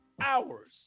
hours